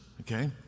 Okay